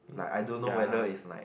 mm ya